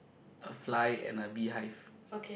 a fly and a beehive